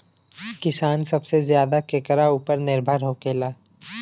किसान सबसे ज्यादा केकरा ऊपर निर्भर होखेला?